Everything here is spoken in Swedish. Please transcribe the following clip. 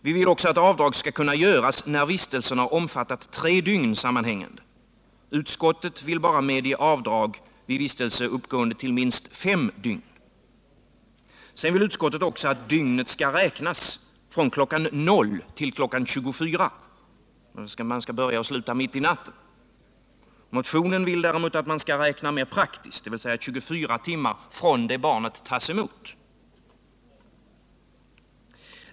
Vi vill också att avdrag skall kunna göras när vistelsen sammanhängande har omfattat tre dygn. Utskottet vill bara medge avdrag vid vistelse uppgående till minst fem dygn. Utskottet menar också att dygnet skall räknas från kl. 00.00 till kl. 24.00. I motionen däremot anges att man skall räkna praktiskt, dvs. 24 timmar från det barnet tas emot.